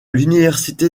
l’université